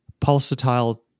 Pulsatile